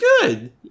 good